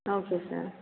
okay sir